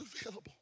available